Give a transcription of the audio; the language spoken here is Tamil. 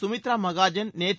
சுமித்ரா மகாஜன் நேற்று